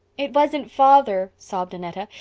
it wasn't father sobbed annetta,